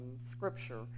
scripture